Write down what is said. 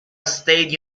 state